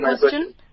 question